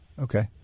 okay